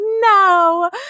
no